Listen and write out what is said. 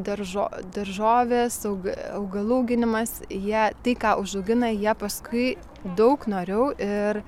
daržo daržovės aug augalų auginimas jie tai ką užaugina jie paskui daug noriau ir